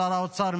שר האוצר,